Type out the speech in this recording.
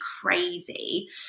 crazy